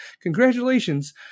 congratulations